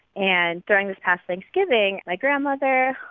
and during this past thanksgiving, my grandmother,